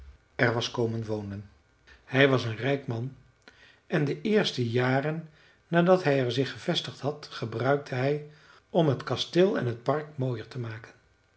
er was komen wonen hij was een rijk man en de eerste jaren nadat hij er zich gevestigd had gebruikte hij om het kasteel en t park mooier te maken